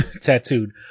tattooed